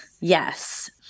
Yes